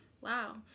Wow